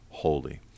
holy